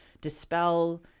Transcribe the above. dispel